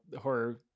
horror